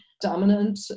dominant